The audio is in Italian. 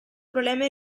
problema